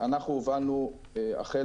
אנחנו הובלנו החל